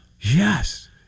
Yes